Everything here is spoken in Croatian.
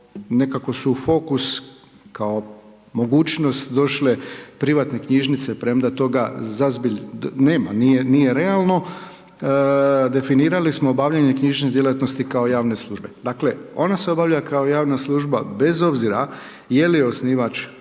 nekako su u fokus kao mogućnost došle privatne knjižnice, premda toga …/Govornik se ne razumije./… nema, nije realno, definirali smo obavljanje knjižnične djelatnosti kao javne službe. Dakle, ona se obavlja kao javne služba, bez obzira je li osnivač